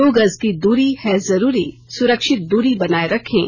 दो गज की दूरी है जरूरी सुरक्षित दूरी बनाए रखें